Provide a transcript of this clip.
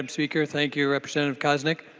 um speaker. thank you representative koznick.